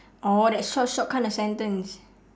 oh that short short kind of sentence